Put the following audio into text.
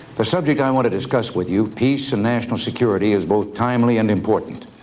the subject i want to discuss with you, peace and national security, is both timely and important.